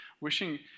wishing